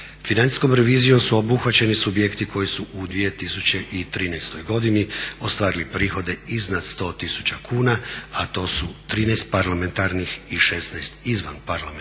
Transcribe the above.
Financijskom revizijom su obuhvaćeni subjekti koji su u 2013. godini ostvarili prihode iznad 100 000 kuna, a to su 13 parlamentarnih i 16 izvanparlamentarnih